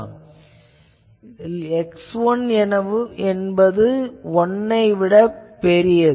இதில் x1 என்பது 1 ஐ விடப் பெரியது